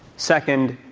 second,